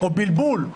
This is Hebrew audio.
או בלבול,